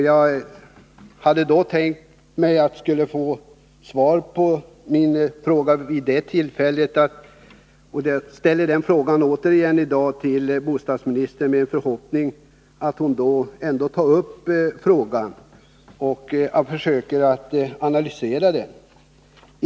Jag hade tänkt mig att jag skulle få svar på min fråga vid det tillfället, men jag ställer frågan återigen i dag med den förhoppningen att statsrådet tar upp den och försöker analysera den.